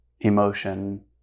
emotion